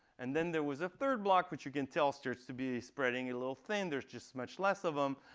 and then there was a third block, which you can tell starts to be spreading a little thin. there's just much less of them.